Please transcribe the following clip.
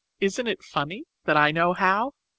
isn't it funny that i know how?